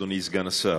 אדוני סגן השר,